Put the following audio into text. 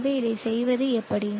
எனவே இதைச் செய்வது எப்படி